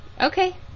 okay